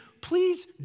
Please